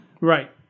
right